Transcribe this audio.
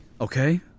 okay